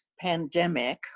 pandemic